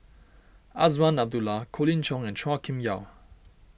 Azman Abdullah Colin Cheong and Chua Kim Yeow